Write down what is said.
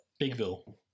Bigville